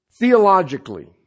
Theologically